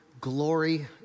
glory